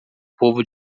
povo